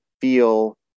feel